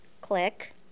click